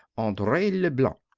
andree leblanc.